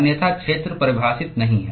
अन्यथा क्षेत्र परिभाषित नहीं है